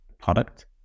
product